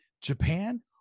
Japan